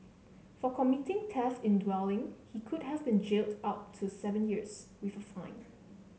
for committing theft in dwelling he could have been jailed up to seven years with a fine